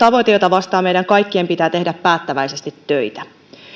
tavoite jota vastaan meidän kaikkien pitää tehdä päättäväisesti töitä